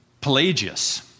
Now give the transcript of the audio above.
Pelagius